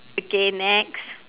okay next